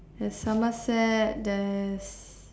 there's Somerset there's